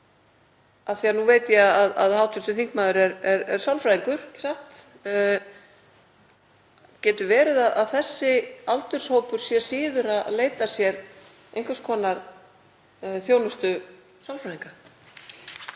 að nú veit ég að hv. þingmaður er sálfræðingur, ekki satt: Getur verið að þessi aldurshópur sé síður að leita sér að einhvers konar þjónustu sálfræðinga?